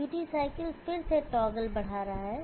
duty cycle फिर से toggle बढ़ा रहा है